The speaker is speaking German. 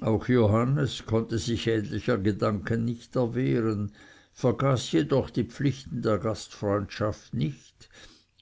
auch johannes konnte sich ähnlicher gedanken nicht erwehren vergaß jedoch die pflichten der gastfreundschaft nicht